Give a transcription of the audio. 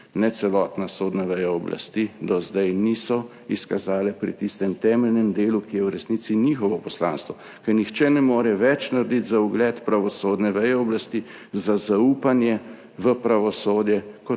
ne celotna sodna veja oblasti do zdaj niso izkazale pri tistem temeljnem delu, ki je v resnici njihovo poslanstvo, ker nihče ne more več narediti za ugled pravosodne veje oblasti, za zaupanje v pravosodje